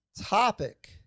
topic